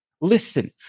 listen